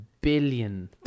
billion